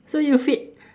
so you feed